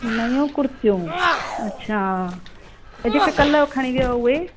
नयूं कुर्तियूं अच्छा त जेके कल्ह खणी विया हो उहे